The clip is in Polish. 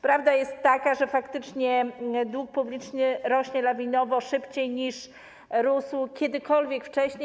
Prawda jest taka, że faktycznie dług publiczny rośnie lawinowo, szybciej niż rósł kiedykolwiek wcześniej.